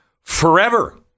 forever